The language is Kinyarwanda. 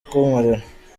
kunkorera